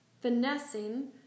finessing